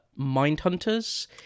Mindhunters